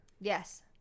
yes